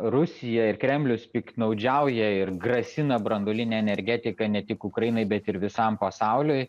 rusija ir kremlius piktnaudžiauja ir grasina branduoline energetika ne tik ukrainai bet ir visam pasauliui